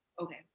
Okay